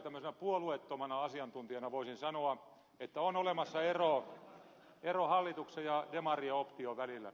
tämmöisenä puolueettomana asiantuntijana voisin sanoa että on olemassa ero hallituksen ja demarien option välillä